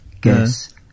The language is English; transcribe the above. guess